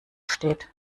steht